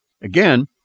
Again